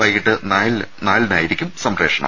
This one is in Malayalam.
വൈകിട്ട് നാലിനായിരിക്കും സംപ്രേഷണം